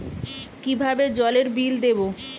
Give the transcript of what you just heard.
কিভাবে জলের বিল দেবো?